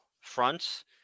fronts